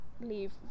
Leave